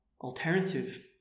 alternative